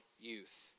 youth